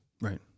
Right